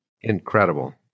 Incredible